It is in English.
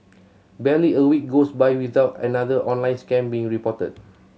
barely a week goes by without another online scam being reported